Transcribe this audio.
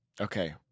okay